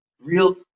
real